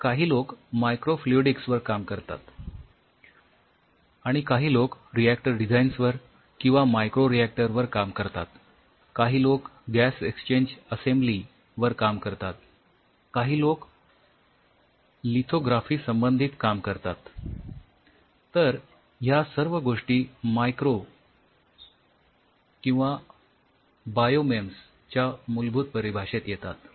तर काही लोक मायक्रो फ्लूइडिक्स वर काम करतात आणि काही लोक रिऍक्टर डिझाईन वर किंवा मायक्रो रिऍक्टर वर काम करतात काही लोक गॅस एक्सचेंज असेम्ब्ली वर काम करतात काही लोक लिथोग्राफी संबंधित काम करतात तर ह्या सर्व गोष्टी मायक्रो किंवा बायोमेम्स च्या मूलभूत परिभाषेत येतात